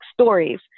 stories